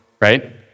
right